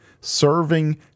Serving